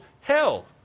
hell